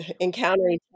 encountering